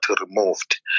removed